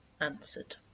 answered